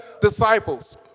disciples